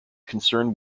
concerned